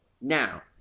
Now